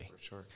Sure